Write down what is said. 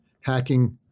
hacking